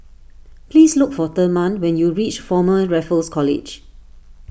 please look for therman when you reach Former Raffles College